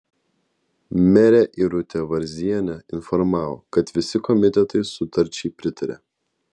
merė irutė varzienė informavo kad visi komitetai sutarčiai pritarė